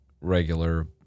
regular